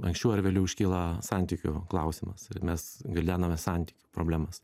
anksčiau ar vėliau iškyla santykių klausimas ir mes gvildename santykių problemas